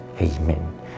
Amen